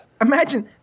Imagine